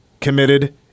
committed